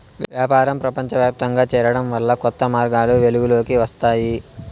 వ్యాపారం ప్రపంచవ్యాప్తంగా చేరడం వల్ల కొత్త మార్గాలు వెలుగులోకి వస్తాయి